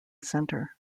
centre